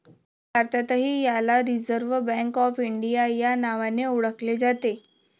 भारतातही याला Reserve Bank of India या नावाने ओळखले जाते